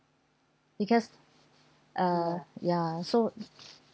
because uh ya so